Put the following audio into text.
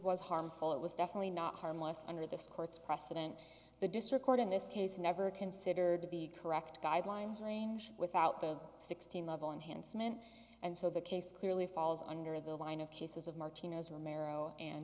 was harmful it was definitely not harmless under this court's precedent the district court in this case never considered to be correct guidelines range without a sixteen level enhanced meant and so the case clearly falls under the line of cases of martino's romero and